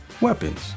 weapons